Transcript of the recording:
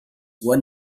roy